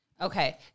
Okay